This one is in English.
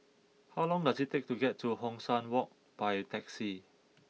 how long does it take to get to Hong San Walk by taxi